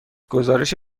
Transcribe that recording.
گزارش